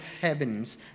heavens